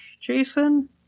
Jason